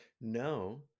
No